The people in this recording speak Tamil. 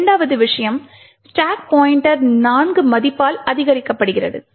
இரண்டாவது விஷயம் ஸ்டாக் பாய்ண்ட்டர் 4 மதிப்பால் அதிகரிக்கிறது